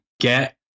get